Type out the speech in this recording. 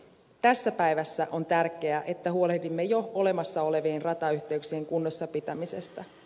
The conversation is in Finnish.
tässä päivässä on tärkeää että huolehdimme jo olemassa olevien ratayhteyksien kunnossapitämisestä